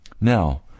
Now